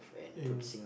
in